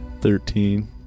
Thirteen